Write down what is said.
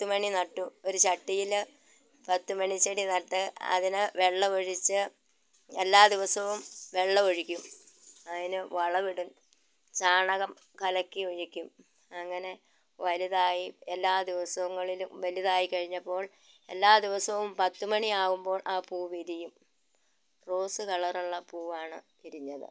പത്തുമണി നട്ടു ഒരു ചട്ടിയിൽ പത്തുമണി ചെടി നട്ട് അതിന് വെള്ളമൊഴിച്ച് എല്ലാ ദിവസവും വെള്ളമൊഴിക്കും അതിന് വളമിടും ചാണകം കലക്കി ഒഴിക്കും അങ്ങനെ വലുതായി എല്ലാ ദിവസങ്ങളിലും വലുതായി കഴിഞ്ഞപ്പോൾ എല്ലാ ദിവസവും പത്ത് മണിയാകുമ്പോൾ ആ പൂവ് വിരിയും റോസ് കളറുള്ള പൂവാണ് വിരിഞ്ഞത്